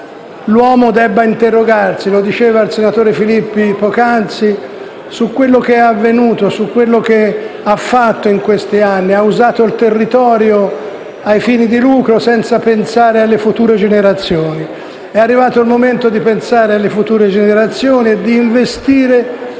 l'uomo debba interrogarsi - lo diceva il senatore Filippi poc'anzi - su quello che è avvenuto e su quello che ha fatto in questi anni: ha usato il territorio a fini di lucro, senza pensare alle future generazioni. È arrivato il momento di pensare alle future generazioni e di investire